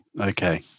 Okay